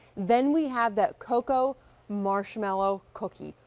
then we have that cocoa marshmallow cookie.